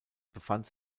befand